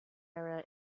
era